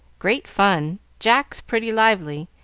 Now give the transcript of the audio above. great fun. jack pretty lively.